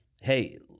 hey